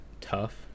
tough